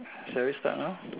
shall we start now